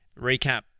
Recap